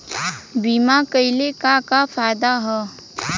बीमा कइले का का फायदा ह?